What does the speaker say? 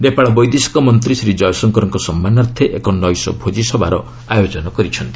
ନେପାଳ ବୈଦେଶିକ ମନ୍ତ୍ରୀ ଶ୍ରୀ ଜୟଶଙ୍କରଙ୍କ ସମ୍ମାନାର୍ଥେ ଏକ ନୈଶ ଭୋଜିସଭାର ଆୟୋଜନ କରିଛନ୍ତି